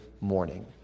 morning